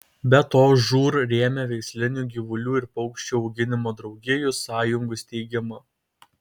be to žūr rėmė veislinių gyvulių ir paukščių auginimo draugijų sąjungų steigimą